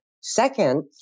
Second